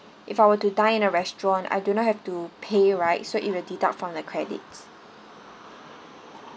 if I were to dine in a restaurant I do not have to pay right so it will deduct from the credits